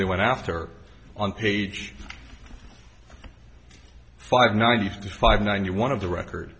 they went after on page five ninety five ninety one of the record